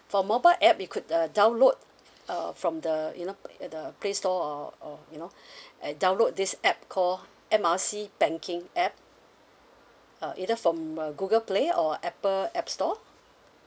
for mobile app you could uh download uh from the you know at the play store or or you know and download this app call M R C banking app uh either from uh Google play or Apple app store